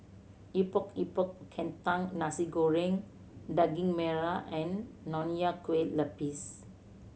Epok Epok Kentang Nasi Goreng Daging Merah and Nonya Kueh Lapis